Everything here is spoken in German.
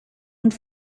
und